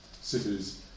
cities